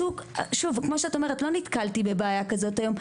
שוב כמו שאת אומרת לא נתקלתי בבעיה כזאת היום,